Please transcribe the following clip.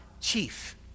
chief